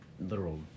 literal